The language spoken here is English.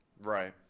Right